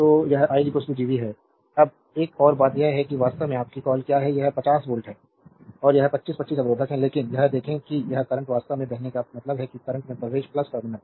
तो यह i Gv है अब एक और बात यह है कि वास्तव में आपकी कॉल क्या है यह 50 वोल्ट है और यह 25 25 अवरोधक है लेकिन यह देखें कि यह करंट वास्तव में बहने का मतलब है कि करंट में प्रवेश टर्मिनल